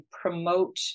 promote